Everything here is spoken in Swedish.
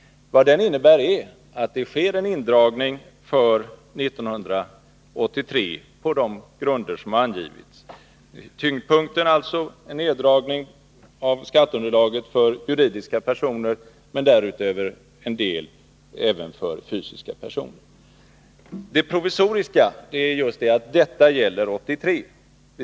Vad den innebär är att det sker en indragning för 1983 på de grunder som angivits. Tyngdpunkten är alltså neddragning av skatteunderlaget för juridiska personer, men därutöver blir det även en del neddragningar för fysiska personer. Det provisoriska elementet är att detta gäller endast 1983.